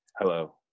Hello